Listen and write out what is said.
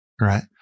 Right